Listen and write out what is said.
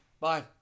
bye